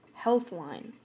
Healthline